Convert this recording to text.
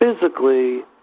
physically